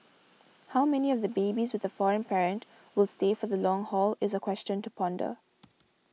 how many of the babies with a foreign parent will stay for the long haul is a question to ponder